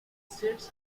sets